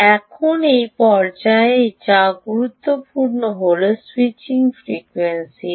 এখন এই পর্যায়ে এই পর্যায়ে যা গুরুত্বপূর্ণ তা হল স্যুইচিং ফ্রিকোয়েন্সি কি